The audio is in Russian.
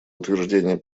утверждение